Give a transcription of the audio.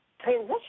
transition